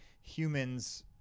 humans